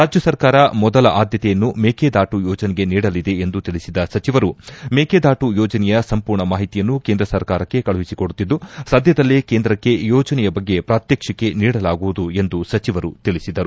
ರಾಜ್ಯ ಸರ್ಕಾರ ಮೊದಲ ಆದ್ಯತೆಯನ್ನು ಮೇಕೆದಾಟು ಯೋಜನೆಗೆ ನೀಡಲಿದೆ ಎಂದು ತಿಳಿಸಿದ ಸಚಿವರು ಮೇಕೆದಾಟು ಯೋಜನೆಯ ಸಂಪೂರ್ಣ ಮಾಹಿತಿಯನ್ನು ಕೇಂದ್ರ ಸರ್ಕಾರಕ್ಕೆ ಕಳಿಸಿಕೊಡುತ್ತಿದ್ದು ಸದ್ಯದಲ್ಲೇ ಕೇಂದ್ರಕ್ಕೆ ಯೋಜನೆಯ ಬಗ್ಗೆ ಪ್ರಾತ್ವಕ್ಷಿಕೆ ನೀಡಲಾಗುವುದು ಎಂದು ಸಚವರು ತಿಳಿಸಿದರು